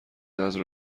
نذر